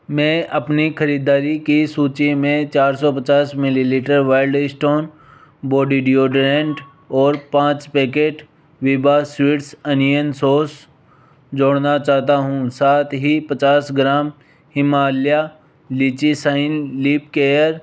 मैं अपनी ख़रीदारी की सूची में चार सौ पच्चास millilitre Wild Stone body deodorant और पाँच packet Veeba sweet onion sauce जोड़ना चाहता हूँ साथ ही पच्चास gram Himalaya lychee shine lip care